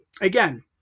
again